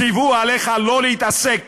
ציוו עליך לא להתעסק